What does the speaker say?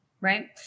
Right